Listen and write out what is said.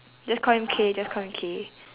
just call him K just call him K